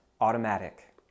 automatic